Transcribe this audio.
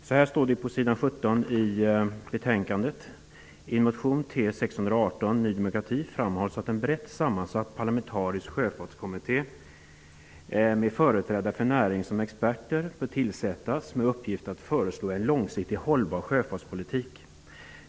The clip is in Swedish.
På s. 17 i betänkandet står följande: ''I motion T618 framhålls att en brett sammansatt parlamentarisk sjöfartskommitté -- med förträdare för näringen som experter -- bör tillsättas med uppgift att föreslå en långsiktigt hållbar sjöfartspolitik.